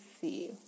see